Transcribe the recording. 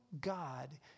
God